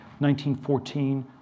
1914